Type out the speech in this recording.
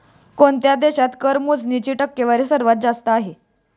कोणत्या देशात कर मोजणीची टक्केवारी सर्वात जास्त आहे?